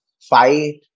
fight